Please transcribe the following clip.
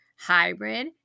hybrid